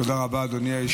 תודה רבה, אדוני היושב-ראש.